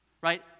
right